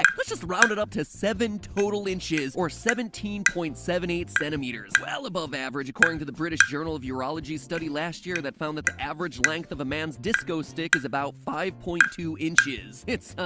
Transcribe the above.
like let's just round it up to seven total inches or seventeen point seven eight centimeters, well above average according to the british journal of urology study last year that found that the average length of a man's disco stick is about five point two inches. it's, ah.